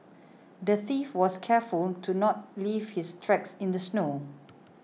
the thief was careful to not leave his tracks in the snow